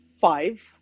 five